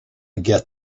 get